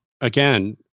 again